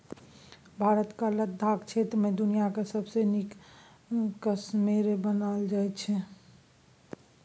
भारतक लद्दाख क्षेत्र मे दुनियाँक सबसँ नीक कश्मेरे बनाएल जाइ छै